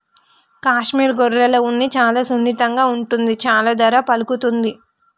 కాశ్మీర్ గొర్రెల ఉన్ని చాలా సున్నితంగా ఉంటుంది చాలా ధర పలుకుతుంది